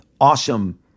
awesome